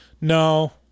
no